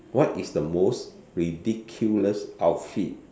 what is the most ridiculous outfit